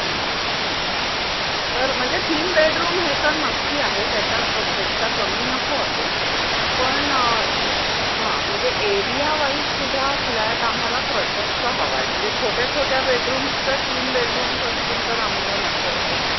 तर म्हणजे तीन बेडरूम हे तर नक्की आहे त्याच्या क पेक्षा कमी नको आहे पण हां म्हणजे एरिया वाईजसुद्धा फ्लॅट आम्हाला प्रशस्त हवा आहे म्हणजे छोट्या छोट्या बेडरूम्सचं तीन बेडरूम्स असतील तर आम्हाला नको आहे